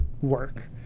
work